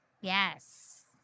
Yes